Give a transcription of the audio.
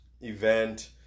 event